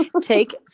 Take